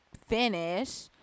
finish